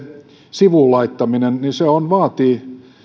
sivuun laittaminen vaatii